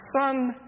son